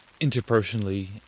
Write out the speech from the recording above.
Interpersonally